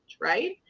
right